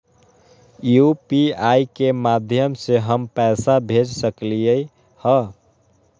UPI के माध्यम से हम पैसा भेज सकलियै ह?